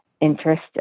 interest